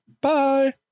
Bye